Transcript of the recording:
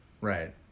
Right